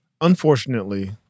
unfortunately